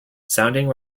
sounding